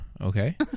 okay